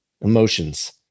emotions